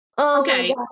Okay